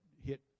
hit